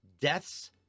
deaths